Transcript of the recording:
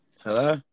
Hello